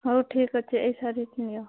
ହଉ ଠିକ୍ ଅଛି ଏଇ ଶାଢ଼ୀଟି ନିଅ